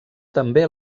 també